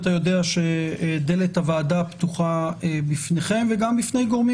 אתה יודע שדלת הוועדה פתוחה בפניכם וגם בפני גורמים